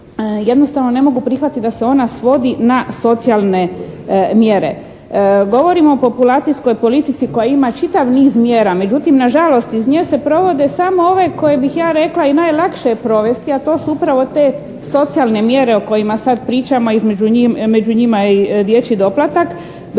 jednostavno ne mogu prihvatiti da se ona svodi na socijalne mjere. Govorim o populacijskoj politici koja ima čitav niz mjera, međutim na žalost iz nje se provode samo ove koje bih ja rekla i najlakše provesti, a to su upravo te socijalne mjere o kojima sada pričamo i među njima je dječji doplatak,